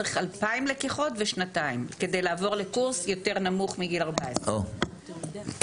צריך כ-2,000 לקיחות ושנתיים כדי לעבור לקורס יותר נמוך מגיל 14. מי